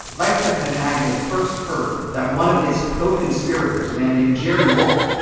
vice president agnew first heard that one of his co-conspirators, a man named jerry wolff,